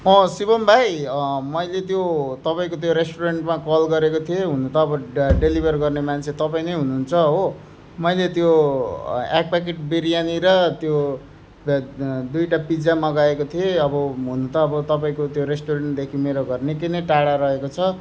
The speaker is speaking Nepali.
शिभम भाइ मैले त्यो तपाईँको त्यो रेस्टुरेन्टमा कल गरेको थिएँ हुन त अब ड डेलिभर गर्ने मान्छे तपाईँ नै हुनुहुन्छ हो मैले त्यो एक प्याकेट बिरियानी र त्यो दुईवटा पिज्जा मगाएको थिएँ अब हुन त अब तपाईँको त्यो रेस्टुरेन्टदेखि मेरो घर निकै नै टाढा रहेको छ